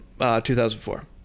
2004